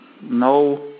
no